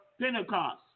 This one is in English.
Pentecost